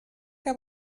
que